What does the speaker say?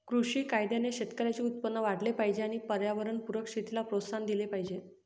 कृषी कायद्याने शेतकऱ्यांचे उत्पन्न वाढले पाहिजे आणि पर्यावरणपूरक शेतीला प्रोत्साहन दिले पाहिजे